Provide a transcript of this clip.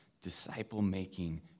disciple-making